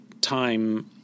time